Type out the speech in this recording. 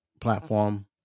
platform